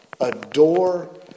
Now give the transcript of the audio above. adore